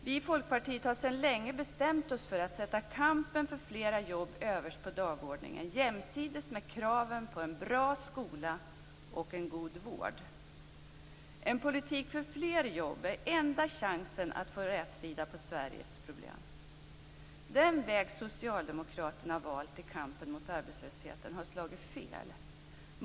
Vi i Folkpartiet har sedan länge bestämt oss för att sätta kampen för flera jobb överst på dagordningen, jämsides med kraven på en bra skola och en god vård. En politik för fler jobb är enda chansen att få rätsida på Sveriges problem. Den väg socialdemokraterna valt i kampen mot arbetslösheten har slagit fel.